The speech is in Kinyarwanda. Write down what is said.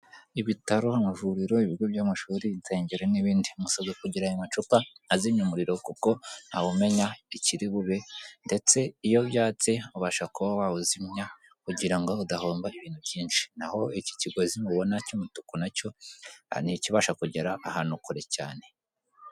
Ibitaro, amavuriro, ibigo by'amashuri, insengero n'ibindi, musabwe kugira aya macupa azimya umuriro kuko ntawumenya ikiri bube ndetse iyo byatse ubasha kuba wawuzimya kugira ngo udahomba ibintu byinshi. Naho iki kigozi mubona cy'umutuku na cyo, ni ikibasha kugera ahantu kure cyane.